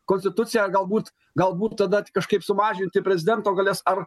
konstituciją galbūt galbūt tada kažkaip sumažinti prezidento galias ar